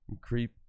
Creep